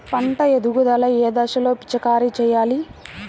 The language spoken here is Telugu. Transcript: పంట ఎదుగుదల ఏ దశలో పిచికారీ చేయాలి?